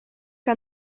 que